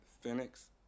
Phoenix